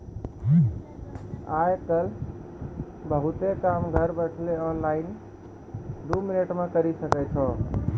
आय काइल बहुते काम घर बैठलो ऑनलाइन दो मिनट मे करी सकै छो